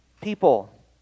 people